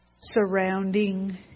surrounding